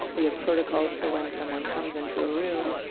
we have protocols for when someone comes into a room,